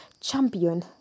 champion